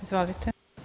Izvolite.